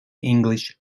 english